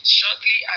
Shortly